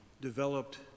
developed